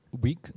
Week